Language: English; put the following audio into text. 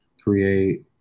create –